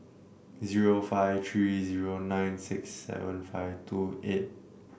zero five three zero nine six seven five two eight